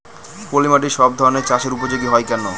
পলিমাটি সব ধরনের চাষের উপযোগী হয় কেন?